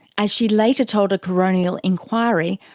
as she later told a coronial inquiry,